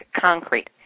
concrete